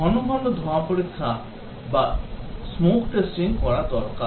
ঘন ঘন ধোঁয়া পরীক্ষা করা দরকার